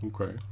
Okay